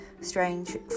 strange